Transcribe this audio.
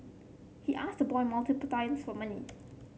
he asked the boy multiple times for money